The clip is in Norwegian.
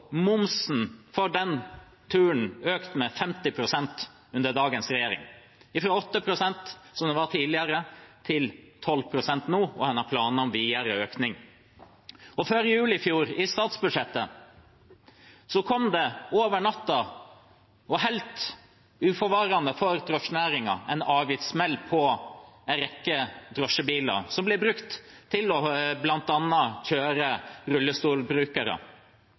turen økt med 50 pst. under dagens regjering – fra 8 pst., som den var tidligere, til 12 pst. nå, og man har planer om videre økning. Før jul i fjor, i statsbudsjettet, kom det over natten og helt uforvarende for drosjenæringen en avgiftssmell på en rekke drosjebiler som blir brukt til bl.a. å kjøre rullestolbrukere.